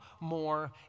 more